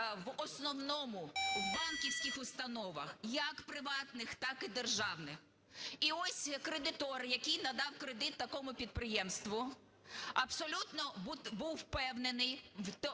в основному в банківських установах як приватних, так і державних. І ось кредитор, який надав кредит такому підприємству, абсолютно був впевнений